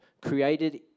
created